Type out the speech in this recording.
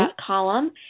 column